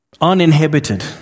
uninhibited